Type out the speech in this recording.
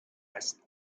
است